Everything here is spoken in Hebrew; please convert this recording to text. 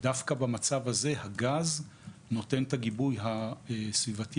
ודווקא במצב הזה הגז נותן את הגיבוי הסביבתי